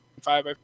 five